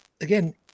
again